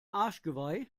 arschgeweih